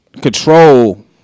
control